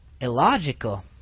illogical